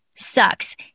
Sucks